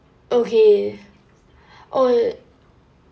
okay oh